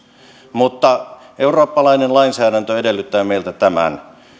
mutta eurooppalainen lainsäädäntö edellyttää meiltä tämän